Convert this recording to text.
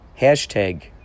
hashtag